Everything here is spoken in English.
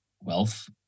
wealth